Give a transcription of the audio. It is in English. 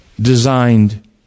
designed